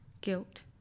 Guilt